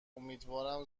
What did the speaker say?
امیدوارم